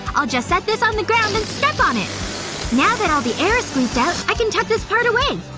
i'll just set this on the ground and step on it now that all the air is squeezed out, i can tuck this part away